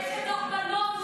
יש את דוח פלמור,